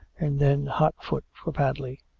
and then, hot foot for pad ley.